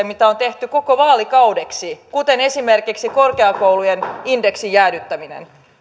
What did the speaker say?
mitä on tehty koko vaalikaudeksi kuten esimerkiksi korkeakoulujen indeksin jäädyttäminen